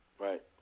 Right